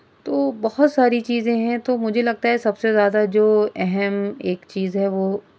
تو بہت ساری چیزیں ہیں تو مجھے لگتا ہے سب سے زیادہ جو اہم ایک چیز ہے وہ